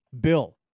Bill